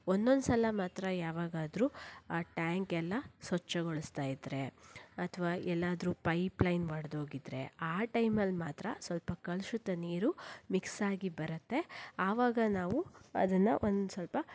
ಒಂದೊಂದು ಸಲ ಮಾತ್ರ ಯಾವಾಗಾದರೂ ಆ ಟ್ಯಾಂಕ್ ಎಲ್ಲ ಸ್ವಚ್ಛಗೊಳಿಸ್ತಾ ಇದ್ದರೆ ಅಥವಾ ಎಲ್ಲಾದರೂ ಪೈಪ್ ಲೈನ್ ಒಡ್ದ್ ಹೋಗಿದ್ರೆ ಆ ಟೈಮಲ್ಲಿ ಮಾತ್ರ ಸ್ವಲ್ಪ ಕಲುಷಿತ ನೀರು ಮಿಕ್ಸ್ ಆಗಿ ಬರುತ್ತೆ ಆವಾಗ ನಾವು ಅದನ್ನು ಒಂದು ಸ್ವಲ್ಪ